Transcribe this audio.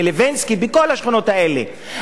אבל יש חברי כנסת, והם אמרו את זה,